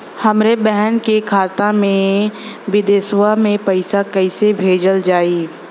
हमरे बहन के खाता मे विदेशवा मे पैसा कई से भेजल जाई?